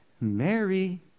Mary